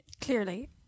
Clearly